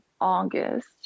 August